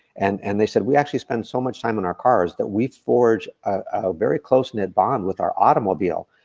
and and they said, we actually spend so much time in our cars that we forge a very close-knit bond with our automobile.